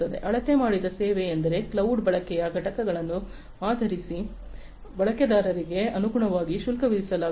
ಅಳತೆ ಮಾಡಿದ ಸೇವೆ ಎಂದರೆ ಕ್ಲೌಡ್ ಬಳಕೆಯ ಘಟಕಗಳನ್ನು ಆಧರಿಸಿ ಬಳಕೆದಾರರಿಗೆ ಅನುಗುಣವಾಗಿ ಶುಲ್ಕ ವಿಧಿಸಲಾಗುವುದು